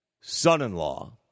son-in-law